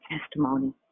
testimony